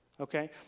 okay